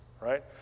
Right